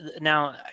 now